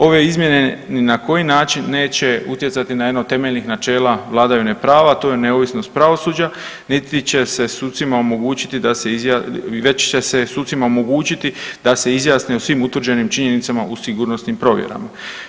Ove izmjene ni na koji način neće utjecati na jedno od temeljnih načela vladavine prava, a to je neovisnost pravosuđa, niti će se sucima omogućiti da se, već će se sucima omogućiti da se izjasne o svim utvrđenim činjenicama u sigurnosnim provjerama.